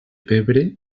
pebre